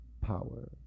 power